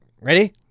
Ready